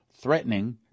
threatening